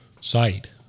site